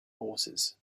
horses